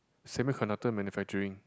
semi conductor manufacturing